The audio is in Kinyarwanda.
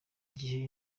igihe